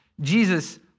Jesus